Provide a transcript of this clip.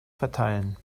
verteilen